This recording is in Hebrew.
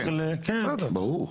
ברור.